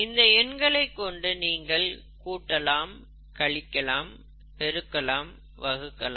இந்த எண்களைக் கொண்டு நீங்கள் கூட்டலாம் கழிக்கலாம் பெருக்கலாம் வகுக்கலாம்